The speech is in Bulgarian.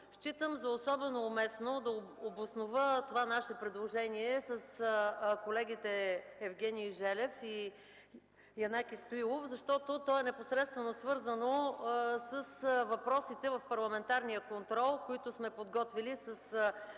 Считам за особено уместно да обоснова това наше предложение с колегите Евгений Желев и Янаки Стоилов, защото то е непосредствено свързано с въпросите в парламентарния контрол, които сме подготвили със